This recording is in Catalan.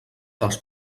dels